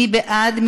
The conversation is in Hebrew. מי בעד?